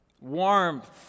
Warmth